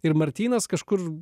ir martynas kažkur